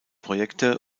projekte